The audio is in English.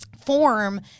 form